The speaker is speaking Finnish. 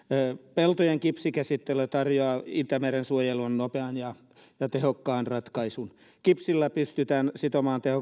peltojen kipsikäsittely tarjoaa itämeren suojeluun nopean ja ja tehokkaan ratkaisun kipsillä pystytään sitomaan